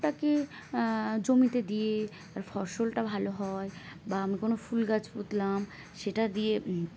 ওটাকে জমিতে দিয়ে আর ফসলটা ভালো হয় বা আমি কোনো ফুল গাছ পুঁতলাম সেটা দিয়ে